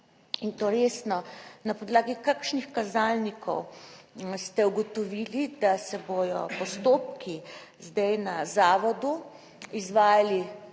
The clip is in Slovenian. in to resno, na podlagi kakšnih kazalnikov ste ugotovili, da se bodo postopki zdaj na zavodu izvajali